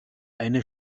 eine